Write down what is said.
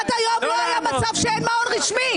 עד היום לא היה מצב שאין מעון רשמי.